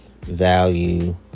Value